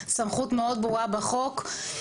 סמכות מאוד ברורה בחוק.